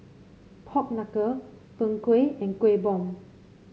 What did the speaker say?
Pork Knuckle Png Kueh and Kueh Bom